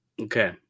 Okay